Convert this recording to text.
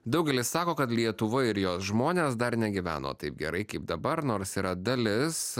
daugelis sako kad lietuva ir jos žmonės dar negyveno taip gerai kaip dabar nors yra dalis